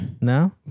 No